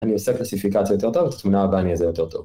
אני עושה קלסיפיקציה יותר טוב, ואת התמונה הבאה אני אזהה יותר טוב.